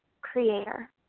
creator